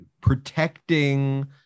protecting